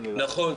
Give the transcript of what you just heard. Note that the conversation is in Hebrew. נכון,